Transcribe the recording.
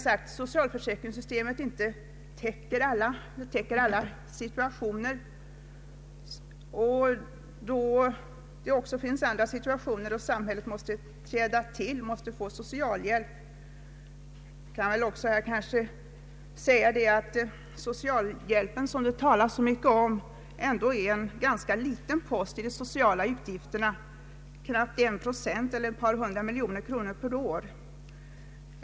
Vårt socialförsäkringssystem täcker således inte alla situationer, utan det kan finnas tillfällen då den enskilde ej klarar sin försörjning och då samhället måste träda till med s.k. socialhjälp. Jag kan nämna att socialhjälpen är en liten post av de sociala utgifterna, knappt en procent eller cirka 200 miljoner kronor per år.